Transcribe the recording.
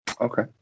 Okay